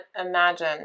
imagine